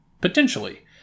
Potentially